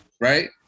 right